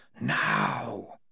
Now